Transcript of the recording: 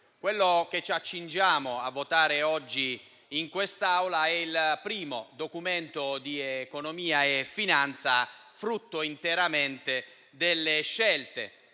quello che ci accingiamo a votare oggi in Assemblea è il primo Documento di economia e finanza interamente frutto delle scelte